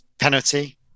penalty